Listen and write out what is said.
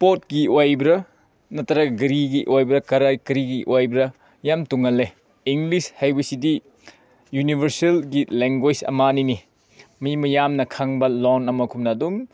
ꯄꯣꯠꯀꯤ ꯑꯣꯏꯕ꯭ꯔꯥ ꯅꯠꯇ꯭ꯔꯒ ꯒꯥꯔꯤꯒꯤ ꯑꯣꯏꯕ꯭ꯔꯥ ꯀꯔꯥꯏ ꯀꯔꯤꯒꯤ ꯑꯣꯏꯕ꯭ꯔꯥ ꯌꯥꯝ ꯇꯣꯡꯉꯥꯜꯂꯦ ꯏꯪꯂꯤꯁ ꯍꯥꯏꯕꯁꯤꯗꯤ ꯌꯨꯅꯤꯕꯔꯁꯦꯜꯒꯤ ꯂꯦꯡꯒ꯭ꯋꯦꯖ ꯑꯃꯅꯤꯅꯦ ꯃꯤ ꯃꯌꯥꯝꯅ ꯈꯪꯕ ꯂꯣꯟ ꯑꯃꯒꯨꯝꯅ ꯑꯗꯨꯝ